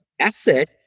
asset